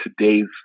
today's